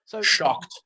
Shocked